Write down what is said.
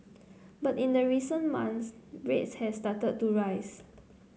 but in the recent months rates has started to rise